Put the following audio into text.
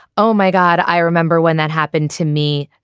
oh, my god, i remember when that happened to me,